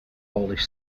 polish